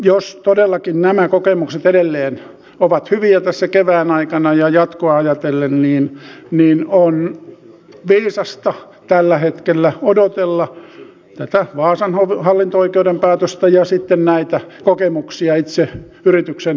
jos todellakin nämä kokemukset edelleen ovat hyviä tässä kevään aikana ja jatkoa ajatellen niin on viisasta tällä hetkellä odotella tätä vaasan hallinto oikeuden päätöstä ja sitten näitä kokemuksia itse yrityksen toiminnasta